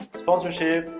sponsorship,